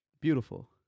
beautiful